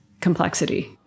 complexity